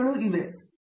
professor R